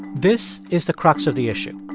this is the crux of the issue.